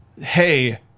hey